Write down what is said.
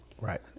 Right